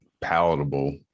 palatable